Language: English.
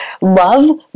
love